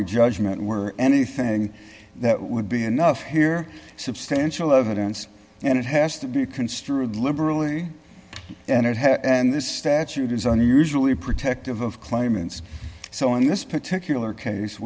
y judgment were anything that would be enough here substantial evidence and it has to be construed liberally and it has and this statute is unusually protective of claimants so in this particular case